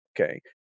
Okay